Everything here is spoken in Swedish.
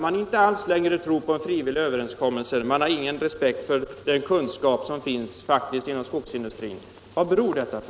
Man tror nu inte alls på frivilliga överenskommelser, man har ingen respekt för den kunskap som faktiskt finns inom skogsindustrin. Vad beror detta på?